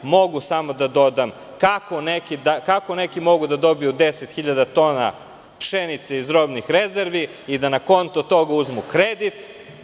Samo mogu da dodam – kako neki mogu da dobiju 10.000 tona pšenice iz robnih rezervi i da na kontu toga uzmu kredit?